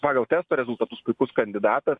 pagal testo rezultatus puikus kandidatas